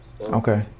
Okay